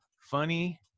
Funny